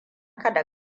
da